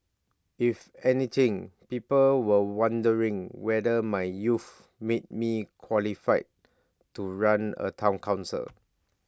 if anything people were wondering whether my youth made me qualified to run A Town Council